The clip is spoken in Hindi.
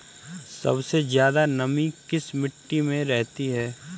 सबसे ज्यादा नमी किस मिट्टी में रहती है?